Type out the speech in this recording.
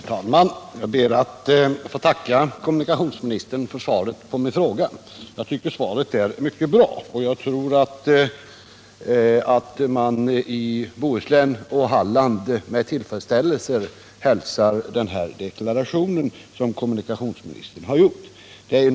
Herr talman! Jag ber att få tacka kommunikationsministern för svaret på min fråga. Jag tycker att svaret är mycket bra, och jag tror att man i Bohuslän och Halland med tillfredsställelse hälsar den deklaration som kommu nikationsministern gjort.